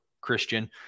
Christian